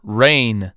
rain